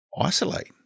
isolate